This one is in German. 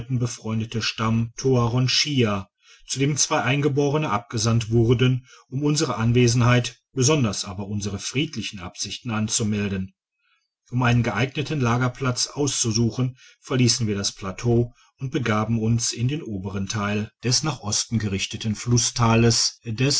befreundete stamm toaronshia zu dem zwei eingeborene abgesandt wurden um unsere anwesenheit besonders aber unsere friedlichen absichten anzumelden um einen geeigneten lagerplatz auszusuchen verliessen wir das plateau und begaben uns in den oberen teil digitized by google des nach osten gerichteten flusstales